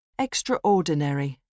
extraordinary